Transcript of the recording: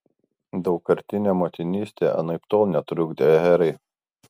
daugkartinė motinystė anaiptol netrukdė herai